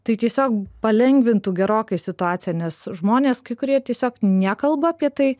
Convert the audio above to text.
tai tiesiog palengvintų gerokai situaciją nes žmonės kai kurie tiesiog nekalba apie tai